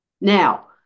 Now